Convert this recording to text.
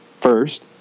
first